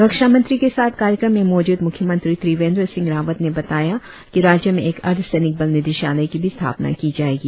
रक्षामंत्री के साथ कार्यक्रम में मौजूद मुख्यमंत्री त्रिवेंद्र सिंह रावत ने बताया कि राज्य में एक अर्धसैनिक बल निदेशालय की भी स्थापना की जाएगी